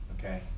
Okay